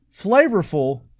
flavorful